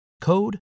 code